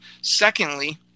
Secondly